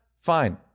fine